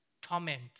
torment